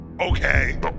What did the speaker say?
Okay